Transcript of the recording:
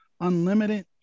unlimited